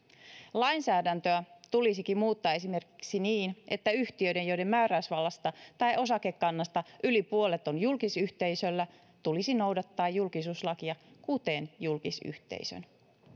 lainsäädäntöä tulisikin muuttaa esimerkiksi niin että yhtiöiden joiden määräysvallasta tai osakekannasta yli puolet on julkisyhteisöllä tulisi noudattaa julkisuuslakia kuten julkisyhteisön